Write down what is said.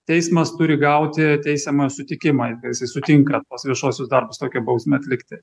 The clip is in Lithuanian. teismas turi gauti teisiamojo sutikimą kad jisai sutinka tuos viešuosius darbus tokią bausmę atlikti